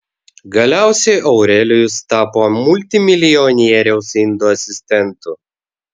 galiausiai aurelijus tapo multimilijonieriaus indo asistentu